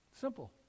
Simple